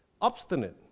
obstinate